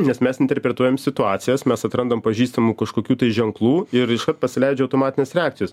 nes mes interpretuojam situacijas mes atrandam pažįstamų kažkokių tai ženklų ir iškart pasileidžia automatinės reakcijos